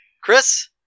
Chris